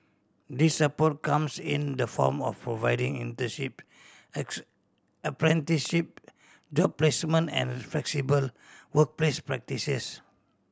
this support comes in the form of providing internship apprenticeship job placements and flexible workplace practices